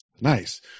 Nice